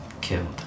killed